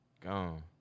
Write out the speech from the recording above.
Gone